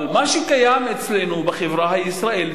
אבל מה שקיים אצלנו בחברה הישראלית,